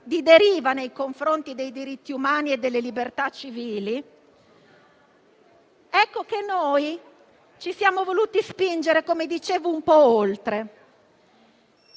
di deriva nei confronti dei diritti umani e delle libertà civili, ma noi ci siamo voluti spingere un po' oltre: